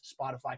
Spotify